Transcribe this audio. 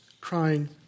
crying